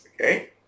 Okay